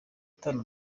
satani